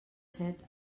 set